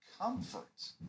comfort